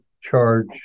charge